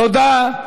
תודה.